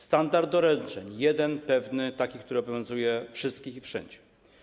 Standard doręczeń - jeden, pewny, taki, który obowiązuje wszystkich i wszędzie.